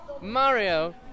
Mario